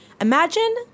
Imagine